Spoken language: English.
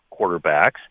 quarterbacks